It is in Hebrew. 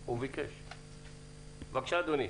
בבקשה, אדוני.